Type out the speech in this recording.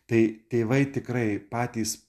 tai tėvai tikrai patys